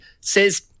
says